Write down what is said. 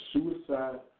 Suicide